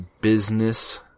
business